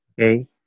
Okay